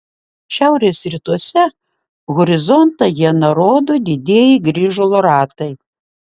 šiaurės rytuose horizontą iena rodo didieji grįžulo ratai